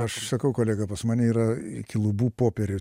aš sakau kolega pas mane yra iki lubų popierių